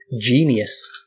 genius